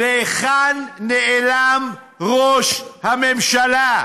להיכן נעלם ראש הממשלה?